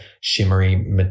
shimmery